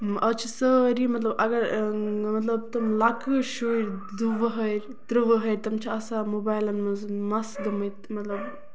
آز چھِ سٲری مطلب اَگر مطلب تِم لۄکٔٹۍ شُرۍ دُ وُۂرۍ ترُ وُۂرۍ تٕم چھِ آسان موبایلَن منٛز مَس گٔمٕتۍ مطلب